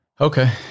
Okay